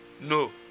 No